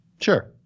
Sure